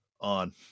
on